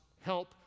help